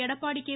Edappadi K